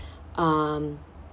um